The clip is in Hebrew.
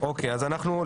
אושר.